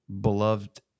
beloved